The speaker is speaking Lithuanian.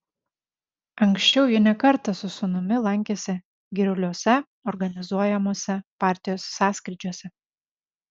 anksčiau ji ne kartą su sūnumi lankėsi giruliuose organizuojamuose partijos sąskrydžiuose